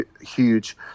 huge